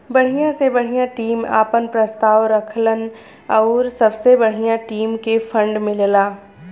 बढ़िया से बढ़िया टीम आपन प्रस्ताव रखलन आउर सबसे बढ़िया टीम के फ़ंड मिलला